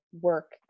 work